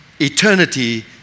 Eternity